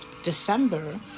December